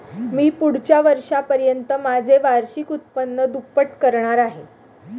मी पुढच्या वर्षापर्यंत माझे वार्षिक उत्पन्न दुप्पट करणार आहे